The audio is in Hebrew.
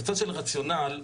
בצד הרציונל,